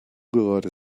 gerade